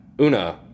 Una